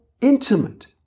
intimate